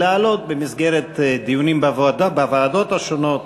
להעלות במסגרת דיונים בוועדות השונות,